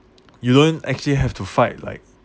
you don't actually have to fight like